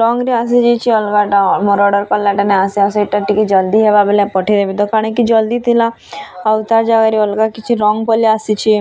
ରଙ୍ଗ୍ରେ ଆସିଯାଇଛେ ଅଲ୍ଗାଟା ମୋର୍ ଅର୍ଡ଼ର୍ କଲାଟା ନାଇଁ ଆସ୍ବା ସେଟା ଟିକେ ଜଲ୍ଦି ହେବା ବଲେ ପଠେଇବେ ତ କାଣା କି ଜଲ୍ଦି ଥିଲା ଆଉ ତା ଜାଗାରେ ଅଲ୍ଗା କିଛି ରଙ୍ଗ୍ ପଲେଇ ଆସିଛେ